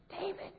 David